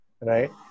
right